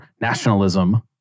nationalism